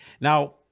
Now